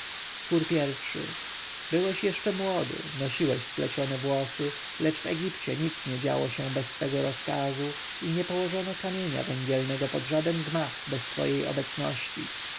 chór i byłeś jeszcze młody nosiłeś splecione włosy lecz w egipcie nic nie działo się bez twego rozkazu i nie położono kamienia węgielnego pod żaden gmach bez twojej obecności